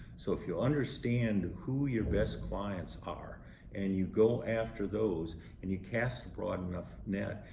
so if you understand who your best clients are and you go after those and you cast a broad enough net,